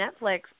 Netflix